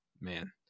man